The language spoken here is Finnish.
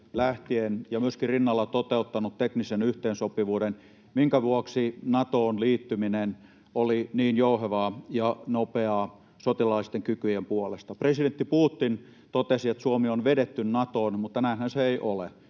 ja rinnalla toteuttanut teknisen yhteensopivuuden, minkä vuoksi Natoon liittyminen oli niin jouhevaa ja nopeaa sotilaallisten kykyjen puolesta. Presidentti Putin totesi, että Suomi on vedetty Natoon, mutta näinhän se ei ole.